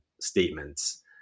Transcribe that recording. statements